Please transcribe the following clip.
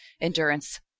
endurance